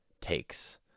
takes